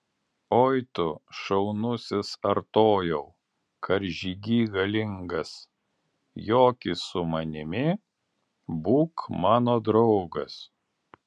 oi tu šaunusis artojau karžygy galingas joki su manimi būk mano draugas